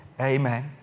Amen